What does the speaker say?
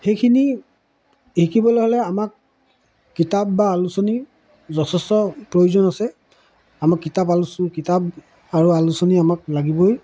সেইখিনি শিকিবলৈ হ'লে আমাক কিতাপ বা আলোচনীৰ যথেষ্ট প্ৰয়োজন আছে আমাক কিতাপ আলোচ কিতাপ আৰু আলোচনী আমাক লাগিবই